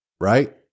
right